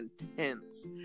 intense